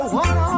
one